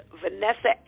Vanessa